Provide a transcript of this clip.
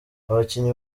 abakinnyi